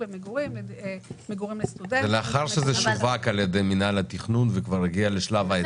למגורים --- לאחר שזה שווק על ידי מינהל התכנון והגיע לשלב ההיתר.